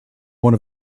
one